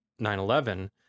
9-11